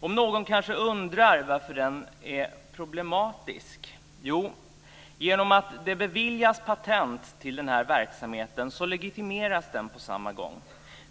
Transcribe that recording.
Någon kanske undrar varför den är problematisk. Jo, genom att det beviljas patent till den här verksamheten så legitimeras den på samma gång.